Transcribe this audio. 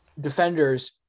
defenders